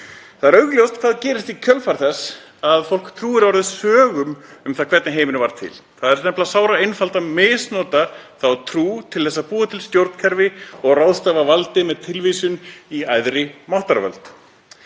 Það er augljóst hvað gerist í kjölfar þess að fólk trúir sögum um það hvernig heimurinn varð til. Það er nefnilega sáraeinfalt að misnota þá trú til að búa til stjórnkerfi og ráðstafa valdi með tilvísun í æðri máttarvöld.